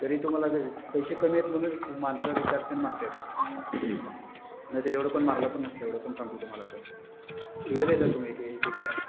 तरी तुम्हाला पैसे कमी आहेत म्हणून माणसं रिचार्ज त्यांनी मारतात नाही तर एवढं पण मारलं पण नसतं एवढं पण सांगतो तुम्हाला सर शिवाय देता तुम्ही एक एकदा